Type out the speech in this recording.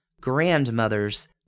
grandmothers